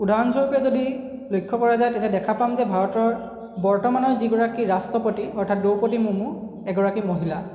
উদাহৰণস্বৰূপে যদি লক্ষ্য কৰা যায় তেতিয়া দেখা পাম যে ভাৰতৰ বৰ্তমানৰ যি গৰাকী ৰাষ্ট্ৰপতি অৰ্থাৎ দ্ৰোপদী মুৰ্মো এগৰাকী মহিলা